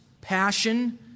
passion